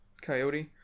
coyote